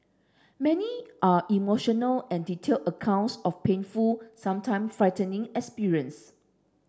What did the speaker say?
many are emotional and detailed accounts of painful sometime frightening experience